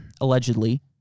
allegedly